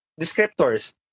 descriptors